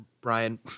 Brian